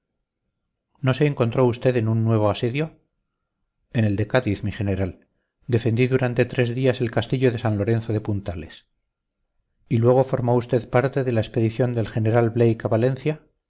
no se encontró usted en un nuevo asedio en el de cádiz mi general defendí durante tres días el castillo de san lorenzo de puntales y luego formó usted parte de la expedición del general blake a valencia